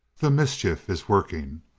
the mischief is working.